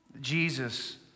Jesus